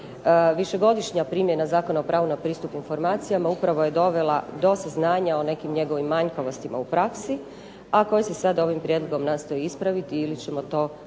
Višegodišnja primjena Zakona o pravu na pristup informacijama, upravo je dovela do saznanja o nekim njegovim manjkavostima u praksi, a koje se sada ovim prijedlogom nastoji ispraviti ili ćemo to učiniti